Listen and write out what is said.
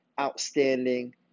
outstanding